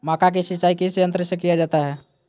मक्का की सिंचाई किस यंत्र से किया जाता है?